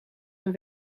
een